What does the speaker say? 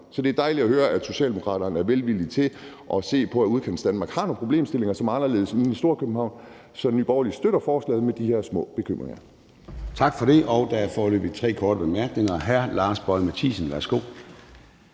Så det er dejligt at høre, at Socialdemokraterne er velvillige med hensyn til at se på, om Udkantsdanmark har nogle problemstillinger, som er anderledes end dem i Storkøbenhavn. Så Nye Borgerlige støtter forslaget med de her små bekymringer.